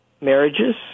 marriages